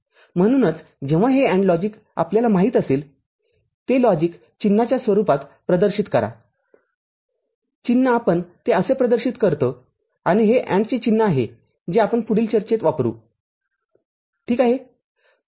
म्हणून जेव्हा हे AND लॉजिक आपल्याला माहित असेल ते लॉजिक चिन्हाच्या स्वरूपात प्रदर्शित करा चिन्ह आपण ते असे प्रदर्शित करतो आणि हे AND चे चिन्ह आहे जे आपण पुढील चर्चेत वापरू ठीक आहे